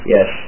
Yes